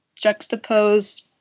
juxtapose